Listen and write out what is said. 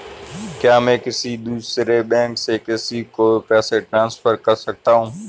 क्या मैं किसी दूसरे बैंक से किसी को पैसे ट्रांसफर कर सकता हूं?